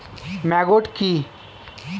Maggot কি?